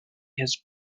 his